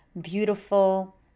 beautiful